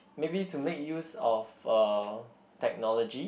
maybe to make use of uh technology